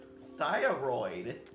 thyroid